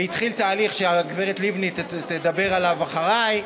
והתחיל תהליך שהגברת לבני תדבר עליו אחרי.